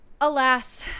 Alas